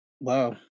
Wow